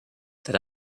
that